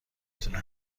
تونه